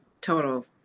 total